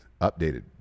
updated